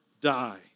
die